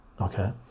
okay